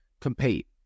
compete